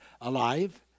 alive